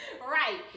Right